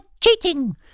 cheating